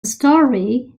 story